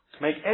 Make